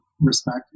respect